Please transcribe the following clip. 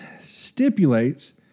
stipulates